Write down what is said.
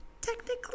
technically